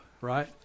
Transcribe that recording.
right